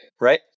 right